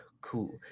Cool